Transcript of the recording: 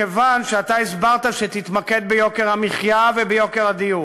מכיוון שאתה הסברת שתתמקד ביוקר המחיה וביוקר הדיור,